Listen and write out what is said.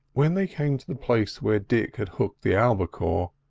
when they came to the place where dick had hooked the albicore,